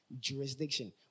jurisdiction